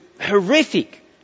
horrific